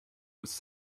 was